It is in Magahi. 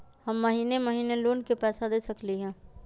हम महिने महिने लोन के पैसा दे सकली ह?